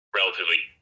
relatively